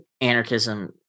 anarchism